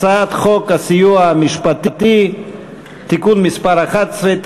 הצעת חוק הסיוע המשפטי (תיקון מס' 11),